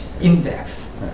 index